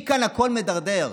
מכאן הכול מידרדר.